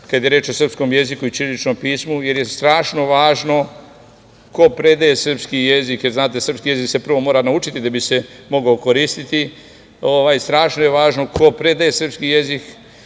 kada je reč o srpskom jeziku i ćiriličnom pismu, jer je strašno važno ko predaje srpski jezik. Znate, srpski jezik se prvo mora naučiti da bi se mogao koristiti. Strašno je važno ko predaje srpski jezik